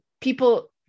people